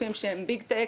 גופים שהם פינטק,